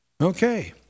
Okay